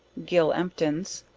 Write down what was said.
gill emptins,